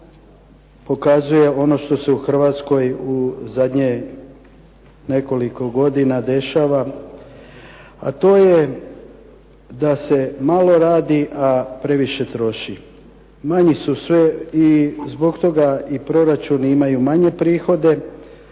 pokazuje ono što se u Hrvatskoj u zadnjih nekoliko godina dešava, a to je da se malo radi a previše troši. Manji su sve i zbog toga i proračuni imaju manje prihode,